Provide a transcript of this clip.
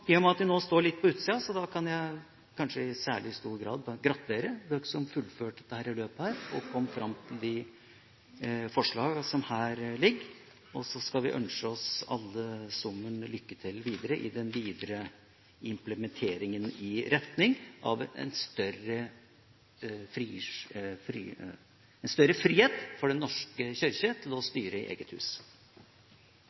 og med at jeg nå står litt på utsida, kan jeg kanskje i særlig stor grad gratulere dem som fullførte dette løpet og kom fram til de forslagene som foreligger her. Så skal vi alle ønske hverandre lykke til videre med implementeringen – i retning av en større frihet for Den norske kirke til å